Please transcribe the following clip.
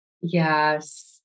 Yes